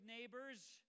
neighbors